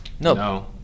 No